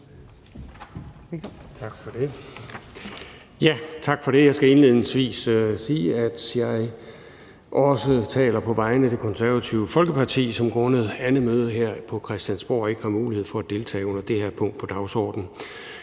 Tak for det. Jeg skal indledningsvis sige, at jeg også taler på vegne af Det Konservative Folkeparti, som grundet andet møde her på Christiansborg ikke har mulighed for at deltage under det her punkt på dagsordenen.